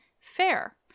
fair